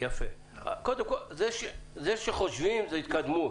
זה שחושבים זו התקדמות,